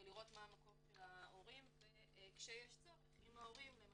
קריית-ביאליק וקריית-מלאכי וגם יהוד ושדרות שיש בהן פחות מ-1,500